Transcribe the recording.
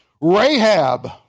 Rahab